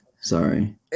Sorry